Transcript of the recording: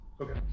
Okay